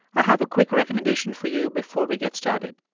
i have a quick recommendation for you before we get started.